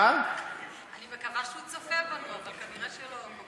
אני מקווה שהוא צופה בנו, אבל כנראה לא.